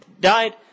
died